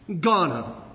Ghana